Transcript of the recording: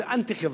זה אנטי-חברתי.